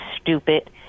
stupid